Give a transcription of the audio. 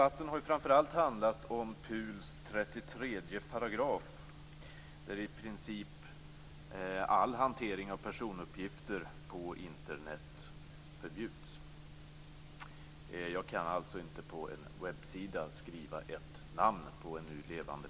Mot den bakgrunden har Centerpartiet och flera andra partier krävt förändringar i personuppgiftslagen så att hänsyn tas till båda dessa omistliga värden.